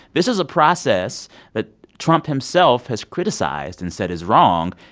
this is a process that trump himself has criticized and said is wrong.